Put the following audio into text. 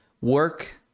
work